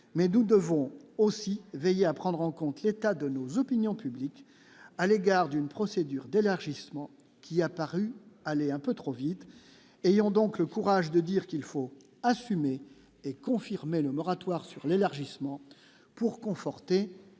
mais nous devons aussi veiller à prendre en compte l'état de nos opinions publiques à l'égard d'une procédure d'élargissement qui a paru aller un peu trop vite, et donc le courage de dire qu'il faut assumer et confirmer le moratoire sur l'élargissement pour conforter